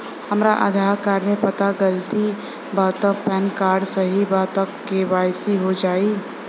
हमरा आधार कार्ड मे पता गलती बा त पैन कार्ड सही बा त के.वाइ.सी हो जायी?